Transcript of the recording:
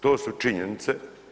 To su činjenice.